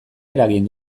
eragin